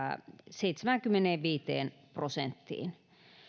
seitsemäänkymmeneenviiteen prosenttiin